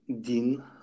Dean